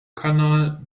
kanal